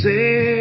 Say